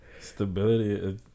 Stability